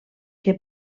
que